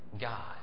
God